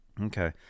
Okay